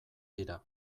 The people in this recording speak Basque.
dira